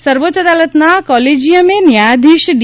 પટેલ સર્વોચ્ચ અદાલતના કોલેજીયમે ન્યાયાધીશ ડી